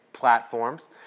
platforms